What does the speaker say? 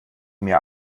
mir